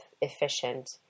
efficient